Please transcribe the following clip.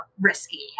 risky